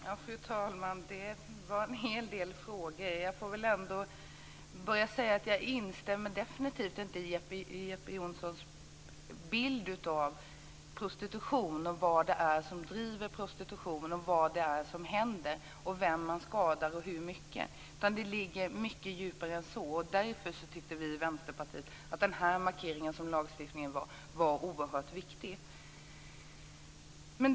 Fru talman! Det var en hel del frågor. Jag får börja med att säga att jag definitivt inte instämmer i Jeppe Johnssons bild av prostitution, vad det är som driver prostitutionen och vad det är som händer, vem som skadas och hur mycket. Det ligger mycket djupare än så. Därför tyckte vi i Vänsterpartiet att den här markeringen i lagstiftningen var oerhört viktig.